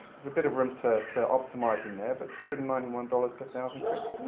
there's a bit of room to to optimize in there, but two hundred and ninety one dollars per thousand clicks.